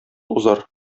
узар